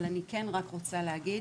אבל אני כן רק רוצה להגיד